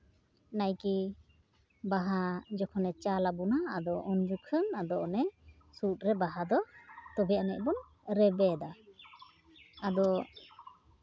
ᱱᱟᱭᱠᱮ ᱵᱟᱦᱟ ᱡᱚᱠᱷᱚᱱᱮ ᱪᱟᱞ ᱟᱵᱚᱱᱟ ᱟᱫᱚ ᱩᱱ ᱡᱚᱠᱷᱚᱱ ᱟᱫᱚ ᱚᱱᱮ ᱥᱩᱫ ᱨᱮ ᱵᱟᱦᱟ ᱫᱚ ᱛᱚᱵᱮ ᱟᱹᱱᱤᱡ ᱵᱚᱱ ᱨᱮᱵᱮᱫᱟ ᱟᱫᱚ